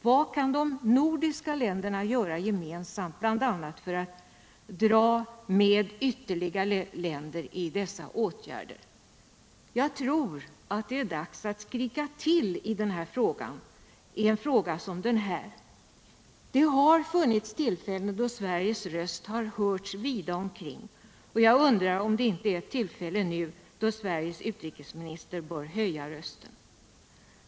Vad kan de nordiska länderna göra gemensamt bl.a. för att dra med ytterligare länder i dessa åtgärder? Jag tror att det är dags att skrika till i en fråga som den här. Det har funnits tillfällen då Sveriges röst har hörts vida omkring, och jag undrar om det inte nu är ett tillfälle då Sveriges utrikesminister bör höja rösten.